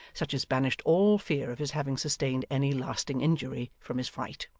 such as banished all fear of his having sustained any lasting injury from his fright.